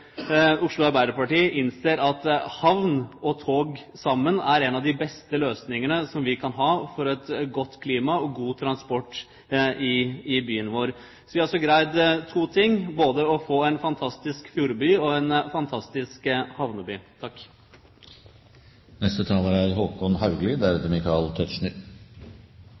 havn og tog sammen er en av de beste løsningene vi kan ha for et godt klima og god transport i byen vår. Vi har altså greid å få to ting, både en fantastisk fjordby og en fantastisk havneby.